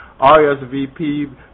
RSVP